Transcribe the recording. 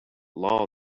law